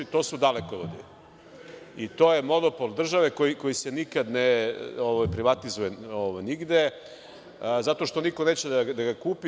To su dalekovodi i to je monopol države koji se nikad ne privatizuje nigde zato što niko neće da ga kupi.